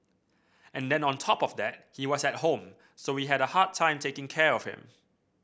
and then on top of that he was at home so we had a hard time taking care of him